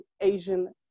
Asian